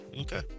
Okay